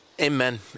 Amen